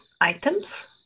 items